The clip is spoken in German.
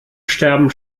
sterben